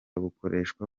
bukoreshwa